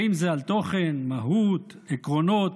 האם זה על תוכן, מהות, עקרונות.